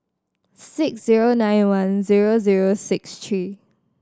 six zero nine one zero zero six three